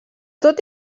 tot